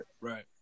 Right